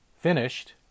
finished